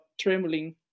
trembling